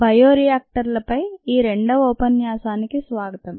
బయోరియాక్టర్ల పై ఈ రెండవ ఉపన్యాసానికి స్వాగతం